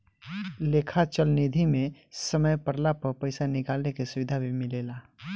लेखा चल निधी मे समय पड़ला पर पइसा निकाले के सुविधा भी मिलेला